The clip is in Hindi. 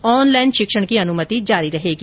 ऑनलाईन शिक्षण की अनुमति जारी रहेगी